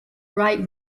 write